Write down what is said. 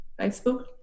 Facebook